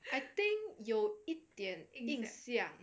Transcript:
I think 有一点印象